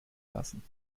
lassen